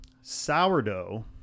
sourdough